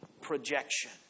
projection